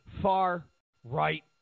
far-right